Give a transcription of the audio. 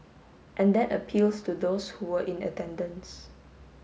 and that appeals to those who were in attendance